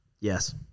Yes